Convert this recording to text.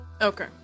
Okay